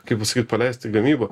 kaip pasakyt paleist į gamybą